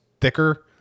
thicker